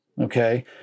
okay